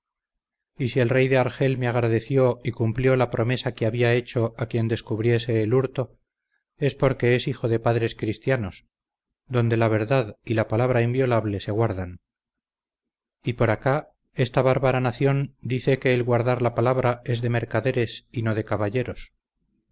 y si el rey de argel me agradeció y cumplió la promesa que había hecho a quien descubriese el hurto es porque es hijo de padres cristianos donde la verdad y la palabra inviolable se guardan y por acá esta bárbara nación dice que el guardar la palabra es de mercaderes y no de caballeros